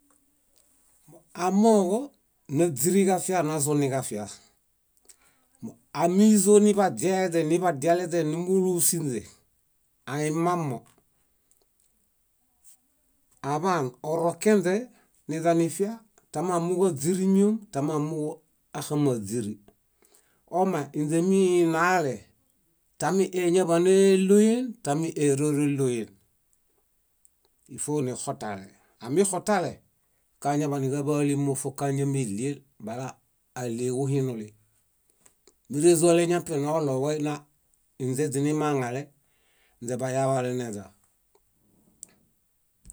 . Amooġo náźiriġafia nazuniġafia. Ámizo niḃaźiaeźe niḃadialeźe nímulusinźe animamo, aḃaan orokenźe niźanifia tamamooġo áźirimiom tamamooġo áxamaźire. Ome ínźe źiminale tami éñaḃaneloyen tami éreoreloyen. Ífo nixotale. Amixotale, kañaḃaniġaḃay ólimofokañameɭiel bala áɭeġu hinuli. Mérezuale ñapi nooɭo wai na ínźe źinimaŋale ínźe bayaḃaleźeeźa.